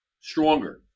stronger